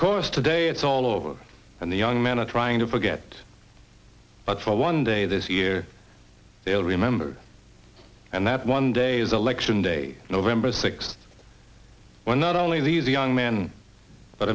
course today it's all over and the young men are trying to forget but for one day this year they'll remember and that one day is election day november sixth well not only these young men but